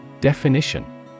Definition